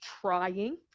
trying